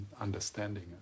understanding